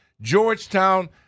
Georgetown